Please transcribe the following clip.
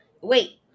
Wait